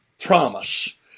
promise